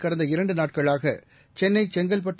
கடந்த இரண்டு நாட்களாக சென்னை செங்கல்பட்டு